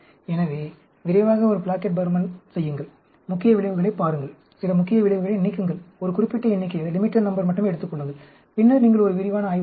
எனவே விரைவாக ஒரு பிளாக்கெட் பர்மன் செய்யுங்கள் முக்கிய விளைவுகளைப் பாருங்கள் சில முக்கிய விளைவுகளை நீக்குங்கள் ஒரு குறிப்பிட்ட எண்ணிக்கையை மட்டுமே எடுத்துக் கொள்ளுங்கள் பின்னர் நீங்கள் ஒரு விரிவான ஆய்வு செய்யுங்கள்